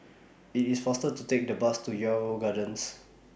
IT IS faster to Take The Bus to Yarrow Gardens